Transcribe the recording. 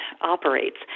operates